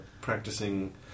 practicing